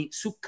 su